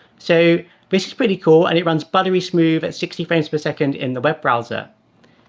so which is pretty cool. and it runs buttery smooth at sixty frames per second in the web browser.